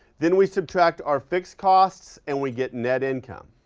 then we subtract our fixed costs and we get net income,